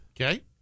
Okay